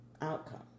outcome